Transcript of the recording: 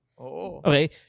Okay